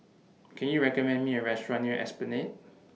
Can YOU recommend Me A Restaurant near Esplanade